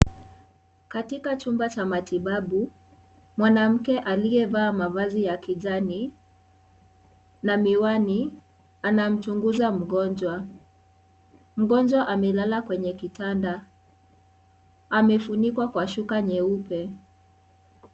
Katika chumba cha matibabu mwanamke aliyevaa mavazi ya kijani na miwani anamchunguza mgonjwa, mgonjwa amelala kwenye kitanda, amefunikwa kwa shuka nyeupe.